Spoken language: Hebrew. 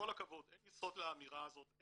אין יסוד לאמירה הזאת,